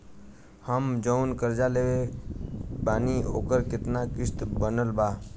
हम जऊन कर्जा लेले बानी ओकर केतना किश्त बनल बा?